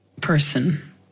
person